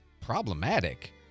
Problematic